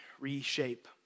reshape